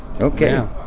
Okay